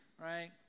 right